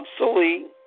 obsolete